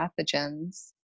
pathogens